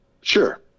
Sure